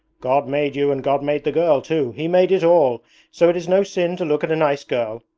god made you and god made the girl too. he made it all so it is no sin to look at a nice girl.